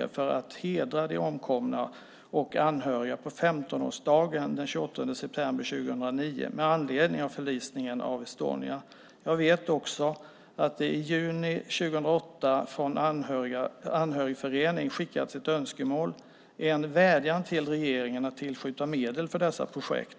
vitbok för att hedra de omkomna och anhöriga på 15-årsdagen den 28 september 2009 med anledning av förlisningen av Estonia. Jag vet också att det i juni 2008 skickades ett önskemål och en vädjan från en anhörigförening till regeringen att tillskjuta medel för dessa projekt.